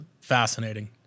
fascinating